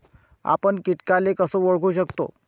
आपन कीटकाले कस ओळखू शकतो?